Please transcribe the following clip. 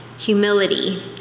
humility